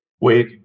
Wait